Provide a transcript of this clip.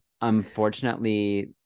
Unfortunately